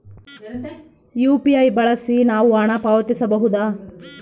UPI ಬಳಸಿ ನಾವು ಹಣ ಪಾವತಿಸಬಹುದಾ?